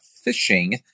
fishing